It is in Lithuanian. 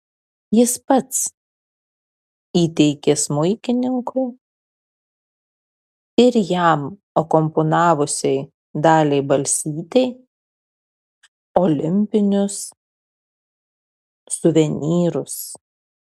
jis pats įteikė smuikininkui ir jam akompanavusiai daliai balsytei olimpinius suvenyrus